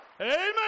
Amen